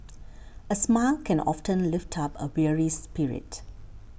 a smile can often lift up a weary spirit